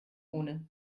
ohne